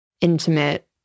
intimate